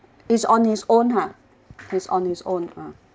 he's on his own ah he's on his own uh